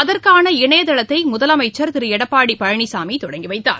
அதற்கான இணையதளத்தை முதலமைச்சர் திரு எடப்பாடி பழனிசாமி தொடங்கிவைத்தார்